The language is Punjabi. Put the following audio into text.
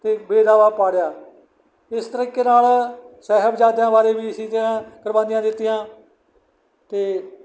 ਅਤੇ ਬੇਦਾਵਾ ਪਾੜਿਆ ਇਸ ਤਰੀਕੇ ਨਾਲ ਸਾਹਿਬਜ਼ਾਦਿਆਂ ਬਾਰੇ ਵੀ ਇਸ ਤਰ੍ਹਾਂ ਕੁਰਬਾਨੀਆਂ ਦਿੱਤੀਆਂ ਅਤੇ